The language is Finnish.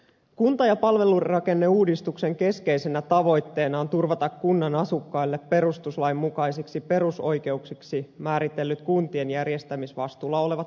kunta ja palvelurakenneuudistuksen keskeisenä tavoitteena on turvata kunnan asukkaille perustuslain mukaisiksi perusoikeuksiksi määritellyt kuntien järjestämisvastuulla olevat palvelut